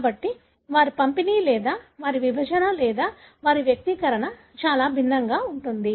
కాబట్టి వారి పంపిణీ లేదా వారి విభజన లేదా వారి వ్యక్తీకరణ చాలా భిన్నంగా ఉంటుంది